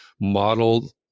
model